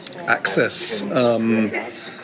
access